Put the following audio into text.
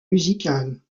musicales